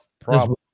problem